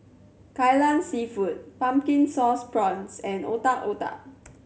Kai Lan Seafood Pumpkin Sauce Prawns and Otak Otak